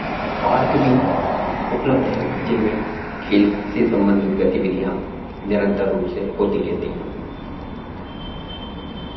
park भी उपलब्ध है जिनमें खेल से संबंधित गतिविधियाँ निरंतर रूप से होती रहती हैं